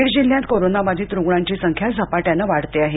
बीड जिल्ह्यात कोरोनाबाधित रुग्णांची संख्या झपाट्याने वाढते आहे